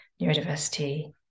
neurodiversity